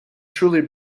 truly